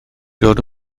dod